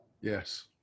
Yes